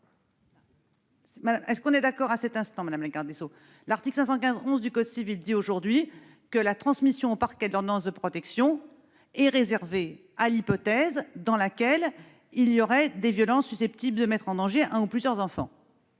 sur ce point à cet instant, madame la garde des sceaux ? L'article 515-11 du code civil prévoit aujourd'hui que la transmission au parquet de l'ordonnance de protection est réservée à l'hypothèse dans laquelle il y aurait des violences susceptibles de mettre en danger un ou plusieurs enfants